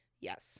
Yes